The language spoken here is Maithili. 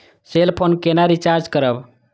हम सेल फोन केना रिचार्ज करब?